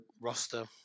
roster